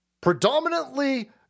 predominantly